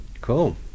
Cool